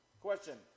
Question